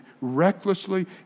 recklessly